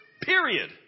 period